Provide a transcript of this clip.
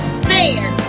stand